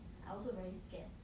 I also very scared